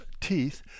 teeth